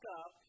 up